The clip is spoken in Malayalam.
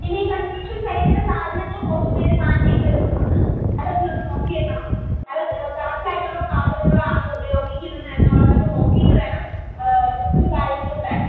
പിന്നേ ഈ കൺസ്ട്രക്ഷൻ സൈഡിലെ സാധനങ്ങൾ കുറച്ച് പേര് മാറ്റിയൊക്കെ എടുക്കുന്നുണ്ട് അതൊക്കെയൊന്ന് നോക്കിയേക്കണം അത് കറക്റ്റായിട്ടുള്ള സാധനങ്ങളാണ് ഉപയോഗിക്കുന്നത് എന്നുള്ളതൊക്കെ നോക്കിയിട്ട് വേണം ലിസ്റ്റും കാര്യങ്ങളും ഇടാൻ